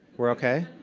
we're okay?